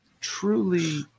Truly